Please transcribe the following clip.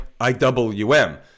IWM